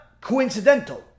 coincidental